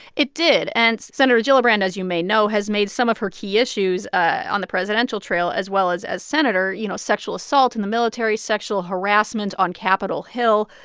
it did. and senator gillibrand, as you may know, has made some of her key issues on the presidential trail, as well as as senator, you know, sexual assault in the military, sexual harassment on capitol hill.